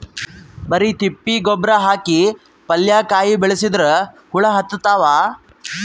ಬರಿ ತಿಪ್ಪಿ ಗೊಬ್ಬರ ಹಾಕಿ ಪಲ್ಯಾಕಾಯಿ ಬೆಳಸಿದ್ರ ಹುಳ ಹತ್ತತಾವ?